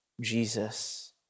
Jesus